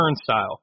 turnstile